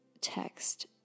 text